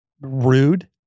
rude